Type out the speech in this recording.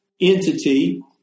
entity